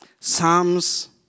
Psalms